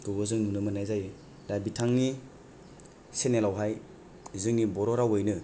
खौबो जों नुनो मोन्नाय जायो दा बिथांनि चेनेलावहाय जोंनि बर' रावैनो